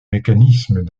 mécanismes